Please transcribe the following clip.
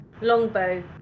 longbow